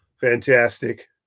Fantastic